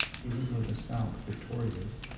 even were the south victori ous,